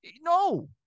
No